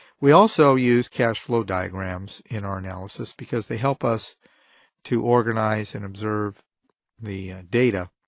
we also use cash flow diagrams in our analysis because they help us to organize and observe the data.